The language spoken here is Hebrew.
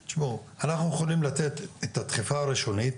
תשמעו, אנחנו יכולים לתת את הדחיפה הראשונית.